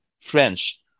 French